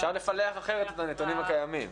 אפשר לפלח אחרת את הנתונים הקיימים.